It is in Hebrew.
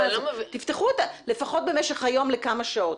תפתחו לפחות במשך היום לכמה שעות.